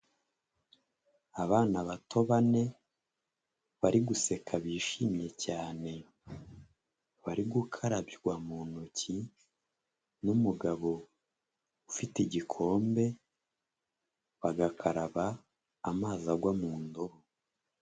Abana bato bane bari guseka bishimye cyane, bari gukarabywa mu ntoki n'umugabo ufite igikombe, bagakaraba amazi agwa mu ndobo.